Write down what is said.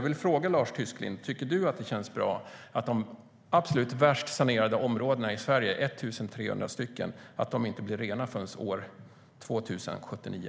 Tycker Lars Tysklind att det känns bra att de 1 300 absolut värst förorenade områdena som är i behov av sanering inte blir rena förrän år 2079?